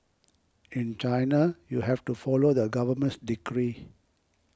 in China you have to follow the government's decree